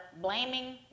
blaming